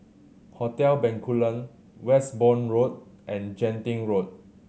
Hotel Bencoolen Westbourne Road and Genting Road